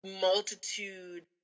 multitude